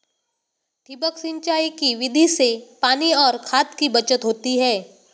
ठिबक सिंचाई की विधि से पानी और खाद की बचत होती है